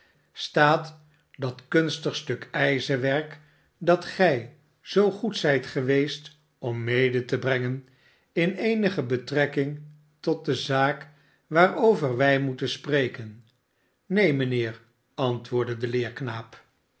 istaat dat kunstig stuk ijzerwerk dat gij zoo goed zijt geweest om mede te brengen in eenige betrekking met de zaak waarover wij moeten spreken neen mijnheer antwoordde de